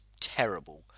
terrible